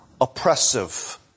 oppressive